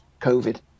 COVID